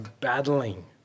battling